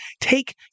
take